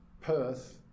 Perth